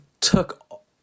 took